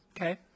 Okay